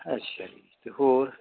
ਅੱਛਾ ਜੀ ਅਤੇ ਹੋਰ